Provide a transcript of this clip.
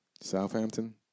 Southampton